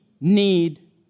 need